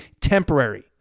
temporary